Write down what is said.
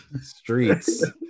streets